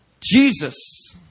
Jesus